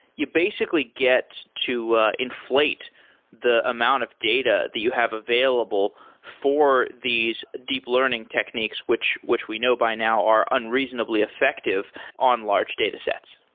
you basically get to an ah inflate the amount of data that you have available for these deep learning techniques, which which we know by now are unreasonably effective on large datasets.